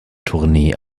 tournee